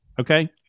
Okay